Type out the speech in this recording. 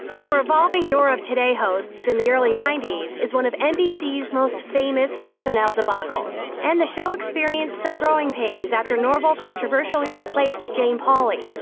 revolving door of today hosts in the early ninety s is one of nbc's most famous personnel debacles. and the show experienced some growing pains after norville controversially replaced jane pauley.